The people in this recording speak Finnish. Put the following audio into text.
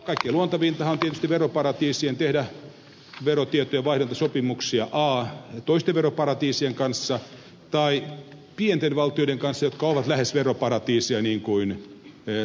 kaikkein luontevintahan on tietysti veroparatiisien tehdä verotietojen vaihdantasopimuksia toisten veroparatiisien kanssa tai pienten valtioiden kanssa jotka ovat lähes veroparatiiseja niin kuin suomen tasavalta